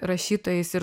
rašytojais ir